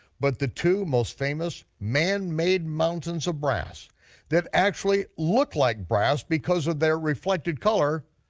but the two most famous manmade mountains of brass that actually look like brass because of their reflected color,